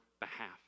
behalf